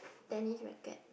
tennis racket